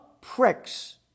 pricks